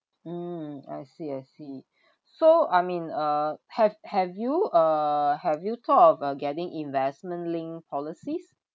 mm I see I see so I mean uh have have you uh have you thought of uh getting investment linked policies